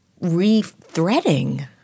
re-threading